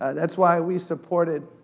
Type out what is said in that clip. and that's why we supported